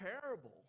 parable